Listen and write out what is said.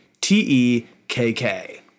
T-E-K-K